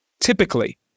typically